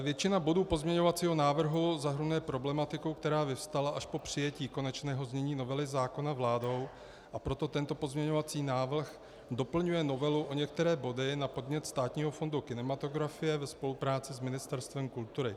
Většina bodů pozměňovacího návrhu zahrnuje problematiku, která vyvstala až po přijetí konečného znění novely zákona vládou, a proto tento pozměňovací návrh doplňuje novelu o některé body na podnět Státního fondu kinematografie ve spolupráci s Ministerstvem kultury.